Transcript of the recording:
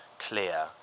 clear